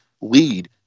lead